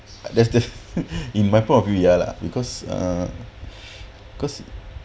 there's this in my point of view ya lah because uh cause